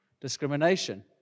Discrimination